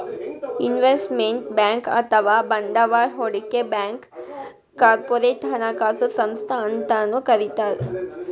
investment bank ಅಥವಾ ಬಂಡವಾಳ್ ಹೂಡಿಕೆ ಬ್ಯಾಂಕ್ಗ್ ಕಾರ್ಪೊರೇಟ್ ಹಣಕಾಸು ಸಂಸ್ಥಾ ಅಂತನೂ ಕರಿತಾರ್